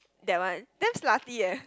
that one damn slutty eh